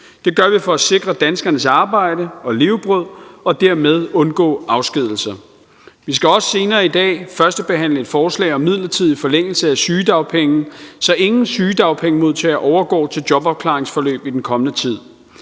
Det gør vi for at sikre danskernes arbejde og levebrød og dermed undgå afskedigelser. Vi skal også senere i dag førstebehandle et forslag om midlertidig forlængelse af sygedagpenge, så ingen sygedagpengemodtagere overgår til jobafklaringsforløb i den kommende tid.